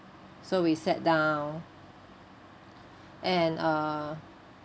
so we sat down and uh